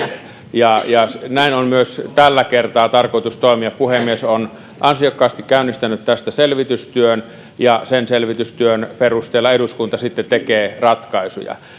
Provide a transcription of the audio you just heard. ja näin on myös tällä kertaa tarkoitus toimia puhemies on ansiokkaasti käynnistänyt tästä selvitystyön ja sen selvitystyön perusteella eduskunta sitten tekee ratkaisuja